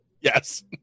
Yes